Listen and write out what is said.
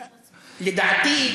לדעתי,